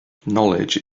knowledge